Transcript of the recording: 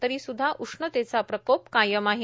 तरीसुद्धा उष्णतेचा प्रकोप कायम आहे